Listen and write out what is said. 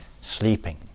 Sleeping